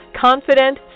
Confident